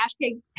hashtag